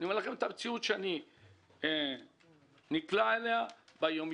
אני אומר לכם את המציאות שאני נקלע אליה ביום-יום.